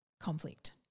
conflict